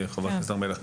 חברת הכנסת סון הר מלך,